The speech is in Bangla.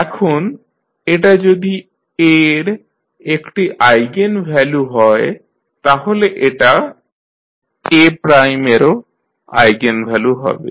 এখন এটা যদি A এর একটি আইগেনভ্যালু হয় তাহলে এটা A এরও আইগেনভ্যালু হবে